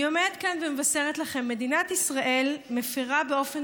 אני עומדת כאן ומבשרת לכם: מדינת ישראל מפירה באופן